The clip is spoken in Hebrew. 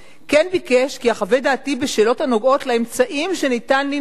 "כן ביקש כי אחווה את דעתי בשאלות הנוגעות לאמצעים שניתן לנקוט